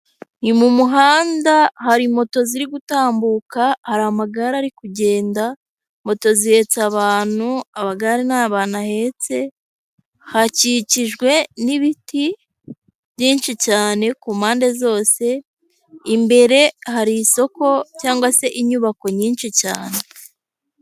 Ni mu muhanda, hari moto ziri gutambuka, hari amagare ari kugenda, moto zihetse abantu, amagare nta bantu ahetse, hakikijwe n'ibiti byinshi cyane ku mpande zose, imbere hari isoko cyangwa se inyubako nyinshi cyane.